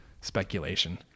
speculation